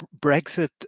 Brexit